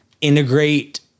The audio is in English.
integrate